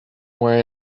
where